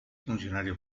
funcionario